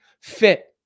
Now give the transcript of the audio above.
fit